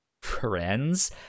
friends